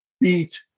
beat